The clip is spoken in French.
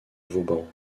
vauban